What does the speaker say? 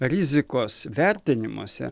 rizikos vertinimuose